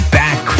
back